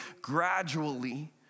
gradually